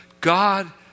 God